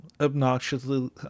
obnoxiously